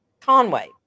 Conway